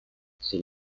sin